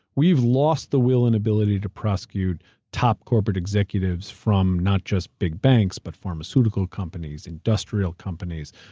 we've lost the will and ability to prosecute top corporate executives from not just big banks, but pharmaceutical companies, industrial companies,